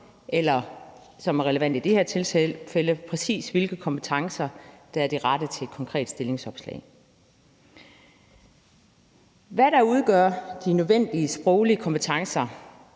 eller – som det er relevant i det her tilfælde – præcis hvilke kompetencer der er de rette i forbindelse med et konkret stillingsopslag. Hvad der udgør de nødvendige sproglige kompetencer,